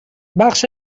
بخش